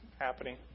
happening